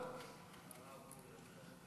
עמונה.